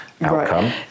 outcome